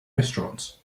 restaurants